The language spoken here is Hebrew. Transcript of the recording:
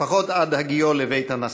לפחות עד הגיעו לבית הנשיא.